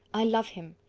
i love him.